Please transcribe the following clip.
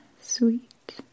sweet